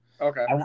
okay